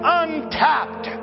untapped